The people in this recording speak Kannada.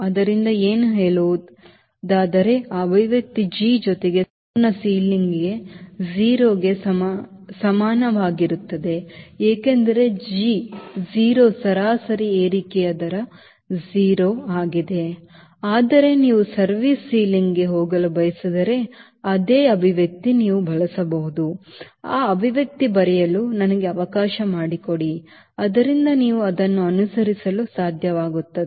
ಆದ್ದರಿಂದ ನೀವು ಹೇಳುವುದಾದರೆ ಆ ಅಭಿವ್ಯಕ್ತಿ G ಜೊತೆಗೆ ಸಂಪೂರ್ಣ ಸೀಲಿಂಗ್ಗೆ 0 ಗೆ ಸಮನಾಗಿರುತ್ತದೆ ಏಕೆಂದರೆ G 0 ಸರಾಸರಿ ಏರಿಕೆಯ ದರ 0 ಆಗಿದೆ ಆದರೆ ನೀವು service ಸೀಲಿಂಗ್ಗೆ ಹೋಗಲು ಬಯಸಿದರೆ ಅದೇ ಅಭಿವ್ಯಕ್ತಿ ನೀವು ಬಳಸಬಹುದು ಆ ಅಭಿವ್ಯಕ್ತಿ ಬರೆಯಲು ನನಗೆ ಅವಕಾಶ ಮಾಡಿಕೊಡಿ ಆದ್ದರಿಂದ ನೀವು ಅದನ್ನು ಅನುಸರಿಸಲು ಸಾಧ್ಯವಾಗುತ್ತದೆ